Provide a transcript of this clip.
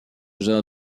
jean